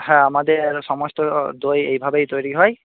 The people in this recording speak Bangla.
হ্যাঁ আমাদের সমস্ত দই এভাবেই তৈরি হয়